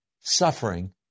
suffering